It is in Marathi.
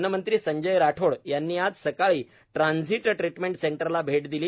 वन मंत्री संजय राठोड यांनी आज सकाळी ट्रांझीट ट्रिटमेंट सेंटरला भेट दिली